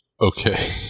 Okay